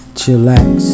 chillax